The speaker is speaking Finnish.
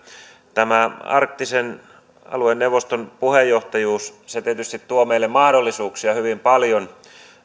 tämä arktisen alueen neuvoston puheenjohtajuus tietysti tuo meille mahdollisuuksia hyvin paljon